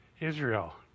Israel